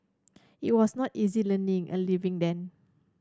it was not easy learning a living then